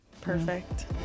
Perfect